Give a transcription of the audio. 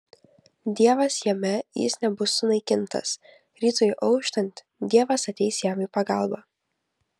dievas jame jis nebus sunaikintas rytui auštant dievas ateis jam į pagalbą